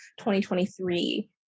2023